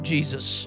Jesus